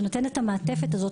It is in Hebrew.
שנותנת את המעטפת הזו,